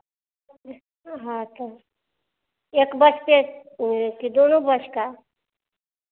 हाँ तो एक बस के कि दोनों बस का